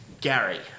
Gary